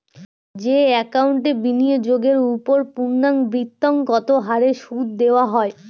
যে একাউন্টে বিনিয়োগের ওপর পূর্ণ্যাবৃত্তৎকত হারে সুদ দেওয়া হয়